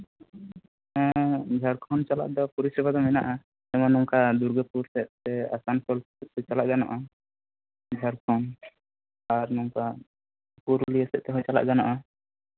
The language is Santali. ᱦᱮᱸ ᱡᱷᱟᱲᱠᱷᱚᱸᱰ ᱪᱟᱞᱟᱜ ᱫᱚ ᱛᱩᱨᱩᱭ ᱪᱟᱠᱟ ᱫᱚ ᱢᱮᱱᱟᱜᱼᱟ ᱡᱮᱢᱚᱱ ᱱᱚᱝᱠᱟ ᱫᱩᱨᱜᱟᱯᱩᱨ ᱥᱮᱜ ᱛᱮ ᱟᱥᱟᱱᱥᱳᱞ ᱥᱮᱜᱛᱮ ᱪᱟᱞᱟᱜ ᱜᱟᱱᱚᱜᱼᱟ ᱚ ᱡᱷᱟᱲᱠᱷᱚᱸᱰ ᱟᱨ ᱱᱚᱝᱠᱟ ᱯᱩᱨᱩᱞᱤᱭᱟ ᱥᱮᱫ ᱛᱮ ᱪᱟᱞᱟᱜᱼᱟ